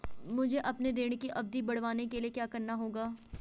मुझे अपने ऋण की अवधि बढ़वाने के लिए क्या करना होगा?